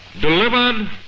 delivered